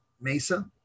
mesa